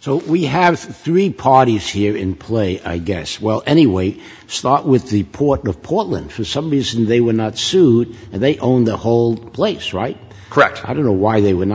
so we have three parties here in play i guess well anyway start with the portion of portland for some reason they were not sued and they own the whole place right correct i don't know why they w